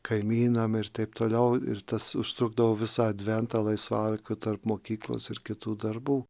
kaimynam ir taip toliau ir tas užtrukdavo visą adventą laisvalaikiu tarp mokyklos ir kitų darbų